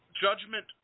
judgment